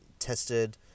Tested